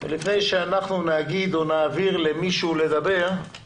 לפני שאנחנו נעביר את רשות הדיבור למישהו, אני